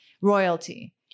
royalty